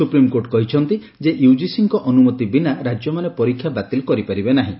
supreme court କହିଛନ୍ତି ୟୁଜିସିଙ୍କ ଅନୁମତି ବିନା ରାଜ୍ୟମାନେ ପରୀକ୍ଷା ବାତିଲ୍ କରିପାରିବେ ନାହିଁ